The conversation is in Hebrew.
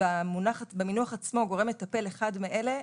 ובמינוח עצמו "גורם מטפל" אחד מאלה,